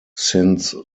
since